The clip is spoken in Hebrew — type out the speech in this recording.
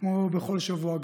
כמו בכל שבוע,